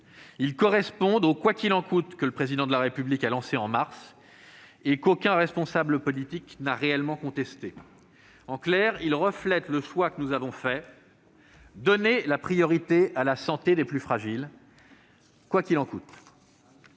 Ils correspondent au « quoi qu'il en coûte » que le Président de la République a lancé en mars dernier et qu'aucun responsable politique n'a réellement contesté. En clair, ils reflètent le choix que nous avons fait : donner la priorité à la santé des plus fragiles, quoi qu'il en coûte.